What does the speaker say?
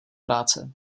práce